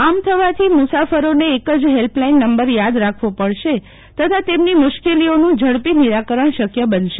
આમ થવાથી મૂસાફરોને એક જ હેલ્પલાઈન નંબર યાદ રાખવો પડશે તથા તેમની મુશ્કલીઓનું ઝડપથી નિરાકરણ શકય બનશે